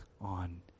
on